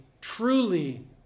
truly